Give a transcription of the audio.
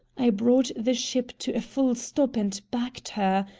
i brought the ship to a full stop, and backed her.